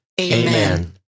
Amen